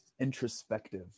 Introspective